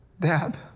Dad